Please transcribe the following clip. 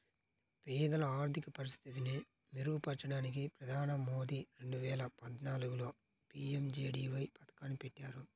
పేదల ఆర్థిక పరిస్థితిని మెరుగుపరచడానికి ప్రధాని మోదీ రెండు వేల పద్నాలుగులో పీ.ఎం.జే.డీ.వై పథకాన్ని పెట్టారు